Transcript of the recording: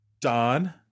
Don